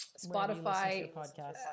Spotify